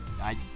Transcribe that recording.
I-